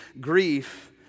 grief